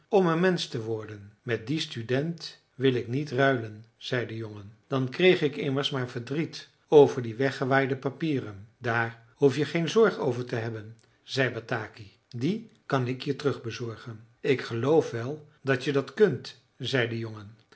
een mensch te worden met dien student wil ik niet ruilen zei de jongen dan kreeg ik immers maar verdriet over die weggewaaide papieren daar hoef je geen zorg over te hebben zei bataki die kan ik je terug bezorgen ik geloof wel dat je dat kunt zei de jongen